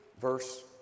verse